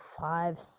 five